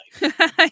life